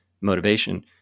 motivation